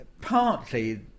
partly